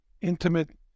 intimate